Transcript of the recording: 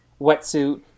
wetsuit